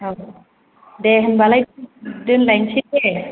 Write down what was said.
औ दे होनबालाय दोननायसै दे